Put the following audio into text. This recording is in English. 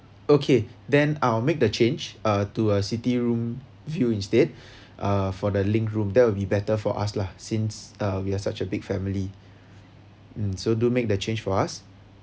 okay then I will make the change uh to a city room view instead uh for the link room that will be better for us lah since uh we are such a big family mm so do make the change for us